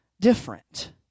different